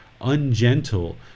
ungentle